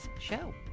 show